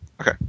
Okay